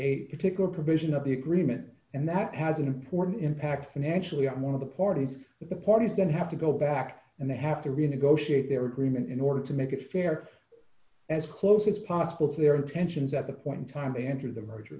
a particular provision of the agreement and that has an important impact financially on one of the parties the parties then have to go back and they have to renegotiate their agreement in order to make it fair as close as possible to their intentions at the point in time and through the merger